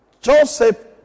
Joseph